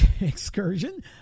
excursion